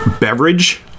beverage